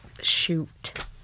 Shoot